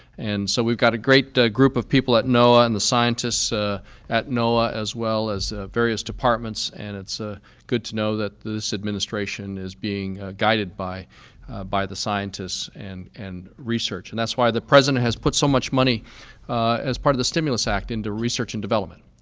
and so we've got a great group of people at noaa and the scientists at noaa as well as various departments and it's ah good to know that this administration is being guided by by the scientists and and research. and that's why the president has put so much money as part of the stimulus act in to research and development.